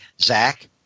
Zach